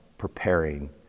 preparing